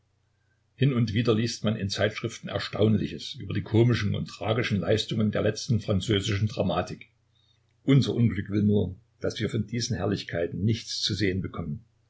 hin und wieder liest man in zeitschriften erstaunliches über die komischen und tragischen leistungen der letzten französischen dramatik unser unglück will nur daß wir von diesen herrlichkeiten nichts zu sehen bekommen